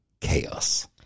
Chaos